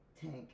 Tank